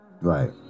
right